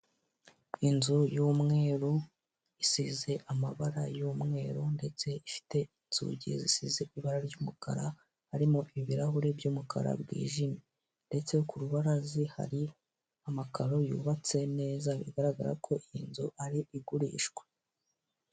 Inzu y'umweru isize amabara y'umweru ndetse ifite inzugi zisize ibara ry'umukara, harimo ibirahuri by'umukara byijimye. Ndetse ku rubaraza hari amakaro yubatse neza bigaragara ko iyi nzu ari igurishwa.